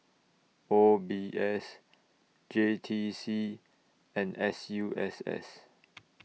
O B S J T C and S U S S